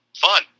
Fun